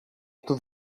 του